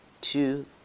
two